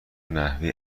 نحوه